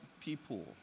people